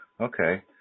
Okay